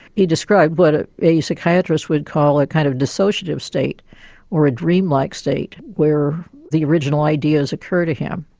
he described what ah a psychiatrist would call a kind of dissociative state or a dreamlike state where the original ideas occur to him.